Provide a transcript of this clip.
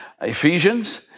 Ephesians